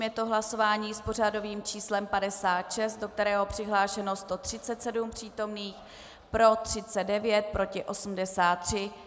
Je to hlasování s pořadovým číslem 56, do kterého je přihlášeno 137 přítomných, pro 39, proti 83.